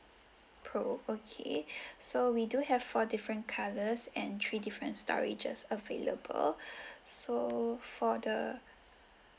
pro okay so we do have four different colours and three different storages available so for the